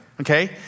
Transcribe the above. Okay